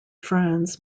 franz